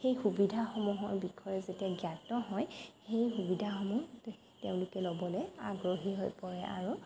সেই সুবিধাসমূহৰ বিষয়ে যেতিয়া জ্ঞাত হয় সেই সুবিধাসমূহ তেওঁলোকে ল'বলৈ আগ্ৰহী হৈ পৰে আৰু